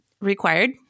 required